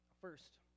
First